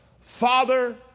father